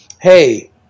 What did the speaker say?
Hey